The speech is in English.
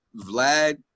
Vlad